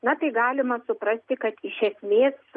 na tai galima suprasti kad iš esmės